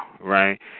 right